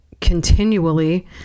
continually